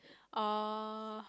ah